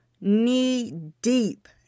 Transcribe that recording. knee-deep